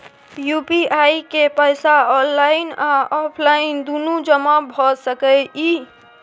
UPI के पैसा online आ ऑफलाइन दुनू जमा भ सकै इ?